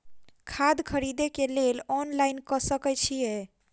खाद खरीदे केँ लेल ऑनलाइन कऽ सकय छीयै?